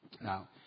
Now